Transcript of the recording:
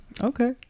Okay